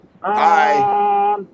Hi